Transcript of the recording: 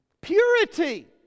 Purity